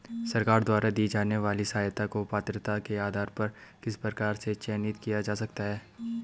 सरकार द्वारा दी जाने वाली सहायता को पात्रता के आधार पर किस प्रकार से चयनित किया जा सकता है?